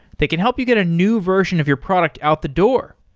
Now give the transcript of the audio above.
they can help you get a new version of your product out the door.